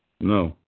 No